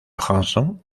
johansson